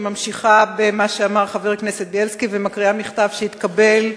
אני ממשיכה במה שאמר חבר הכנסת בילסקי ומקריאה מכתב שהתקבל,